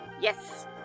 Yes